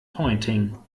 pointing